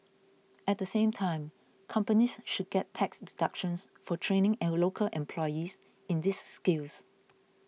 at the same time companies should get tax deductions for training and local employees in these skills